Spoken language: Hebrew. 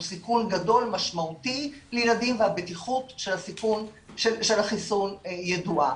סיכון גדול משמעותי לילדים והבטיחות של החיסון ידועה.